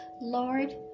Lord